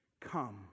Come